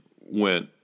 went